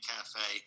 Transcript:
Cafe